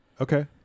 Okay